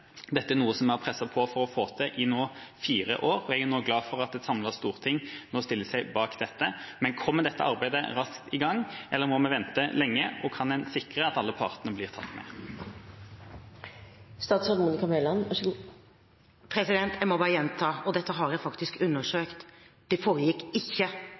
Dette er noe som vi har presset på for å få til i fire år, og jeg er glad for at et samlet storting nå stiller seg bak dette. Kommer dette arbeidet raskt i gang, eller må vi vente lenge? Og kan en sikre at alle partene blir tatt med? Jeg må bare gjenta – og dette har jeg faktisk undersøkt: Det foregikk ikke noe utredningsarbeid i Nærings- og fiskeridepartementet på dette området da vi tiltrådte – det foregikk ikke.